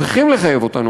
צריכים לחייב אותנו,